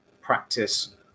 practice